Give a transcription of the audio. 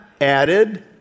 added